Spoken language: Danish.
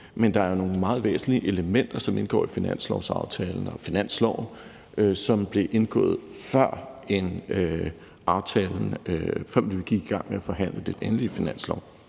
men der er nogle meget væsentlige elementer, som indgår i finanslovsaftalen og finansloven, som blev indgået, før vi gik i gang med at forhandle den endelige finanslov.